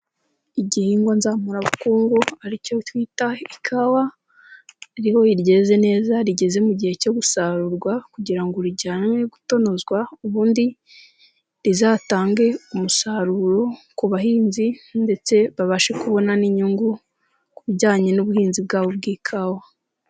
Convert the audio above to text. Igihingwa nzamurabukungu ari cyo twita ikawa, iyo ryeze neza, rigeze mu gihe cyo gusarurwa kugira ngo rijyanwe gutonozwa, ubundi rizatange umusaruro ku bahinzi ndetse babashe kubona n'inyungu ku bijyanye n'ubuhinzi bwabo bw'ikawa.